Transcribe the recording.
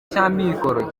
cy’amikoro